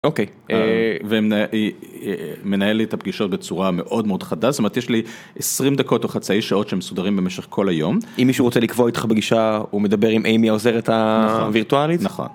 אוקיי -ומנהל לי את הפגישות בצורה מאוד מאוד חדה, זאת אומרת יש לי 20 דקות או חצאי שעות שמסודרים במשך כל היום. -אם מישהו רוצה לקבוע איתך פגישה הוא מדבר עם איימי העוזרת הווירטואלית? -נכון, נכון